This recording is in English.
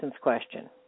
question